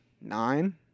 nine